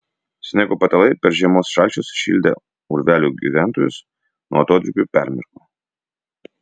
sniego patalai per žiemos šalčius šildę urvelių gyventojus nuo atodrėkių permirko